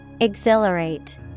Exhilarate